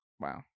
Wow